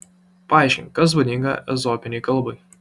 paaiškink kas būdinga ezopinei kalbai